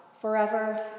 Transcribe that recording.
forever